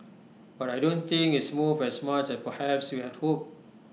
but I don't think it's moved as much as perhaps we had hoped